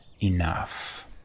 enough